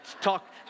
talk